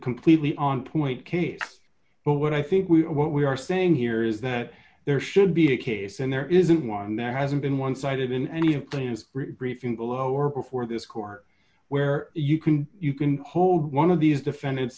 completely on point case but what i think we're what we are saying here is that there should be a case and there isn't one there hasn't been one sided in any thing as briefing below or before this court where you can you can hold one of these defend